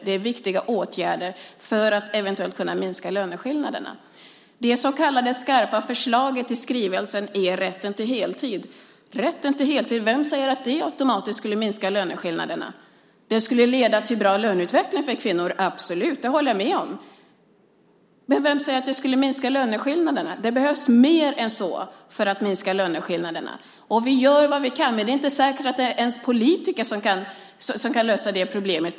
Det är viktiga åtgärder för att eventuellt kunna minska löneskillnaderna. Det så kallade skarpa förslaget i skrivelsen är rätten till heltid. Rätten till heltid - vem säger att det automatiskt skulle minska löneskillnaderna? Det skulle leda till en bra löneutveckling för kvinnor - absolut. Det håller jag med om. Men vem säger att det skulle minska löneskillnaderna? Det behövs mer än så för att minska löneskillnaderna. Vi gör vad vi kan, men det är inte säkert att det är politiker som kan lösa det problemet.